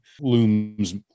looms